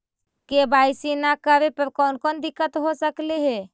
KYC न करे पर कौन कौन दिक्कत हो सकले हे?